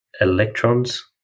electrons